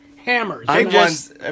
hammers